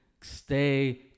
Stay